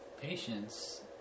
patience